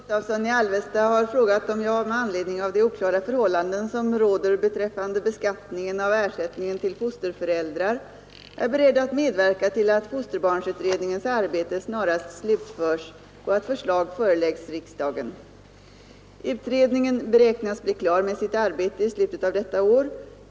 Herr talman! Herr Gustavsson i Alvesta har frågat om jag — med anledning av de oklara förhållanden som råder beträffande beskattningen av ersättningen till fosterföräldrar — är beredd att medverka till att fosterbarnsutredningens arbete snarast slutförs och att förslag föreläggs riksdagen. Utredningen beräknas bli klar med sitt arbete i slutet av detta år.